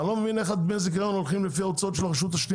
אני לא מבין איך דמי הזיכיון הולכים לפי ההוצאות של הרשות השנייה.